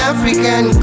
African